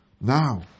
Now